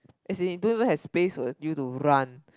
as in don't even have space for you to run